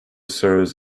serves